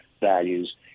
values